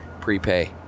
prepay